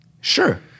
Sure